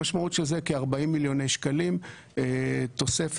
המשמעות של זה כ-40 מיליוני שקלים תוספת